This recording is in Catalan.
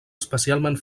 especialment